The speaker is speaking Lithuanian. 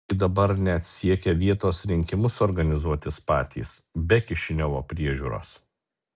tad gagaūzai dabar net siekia vietos rinkimus organizuotis patys be kišiniovo priežiūros